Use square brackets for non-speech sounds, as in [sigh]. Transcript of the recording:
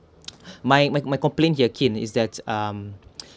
[noise] my my my complaint here Kim is that um [noise]